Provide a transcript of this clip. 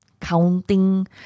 counting